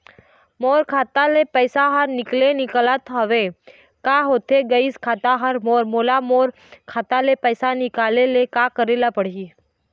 मोर खाता ले पैसा हर निकाले निकलत हवे, का होथे गइस खाता हर मोर, मोला मोर खाता ले पैसा निकाले ले का करे ले पड़ही?